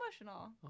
emotional